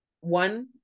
One